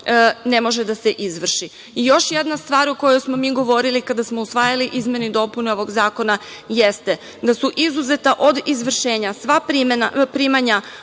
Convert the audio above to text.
ne može da se izvrši.I još jedna stvar o kojoj smo mi govorili kada smo usvajali izmene i dopune ovog zakona jeste da su izuzeta od izvršenja sva primanja